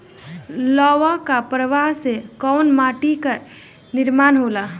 लावा क प्रवाह से कउना माटी क निर्माण होला?